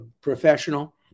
professional